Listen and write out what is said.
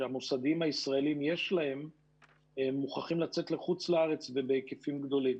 שיש למוסדיים הישראלים מוכרחים לצאת לחוץ לארץ ובהיקפים גדולים.